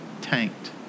tanked